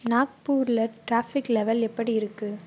நாக்பூரில் traffic level எப்படி இருக்கு